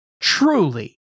Truly